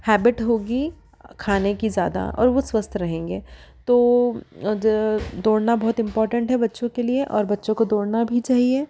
habit होगी खाने की ज्यादा और वो स्वस्थ रहेंगे तो दौड़ना बहुत इम्पोर्टेन्ट है बच्चों के लिए और बच्चों को दौड़ना भी चाहिए